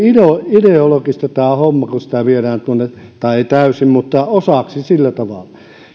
ideologista tämä homma kun sitä apua viedään tuonne tai ei täysin mutta sillä tavalla osaksi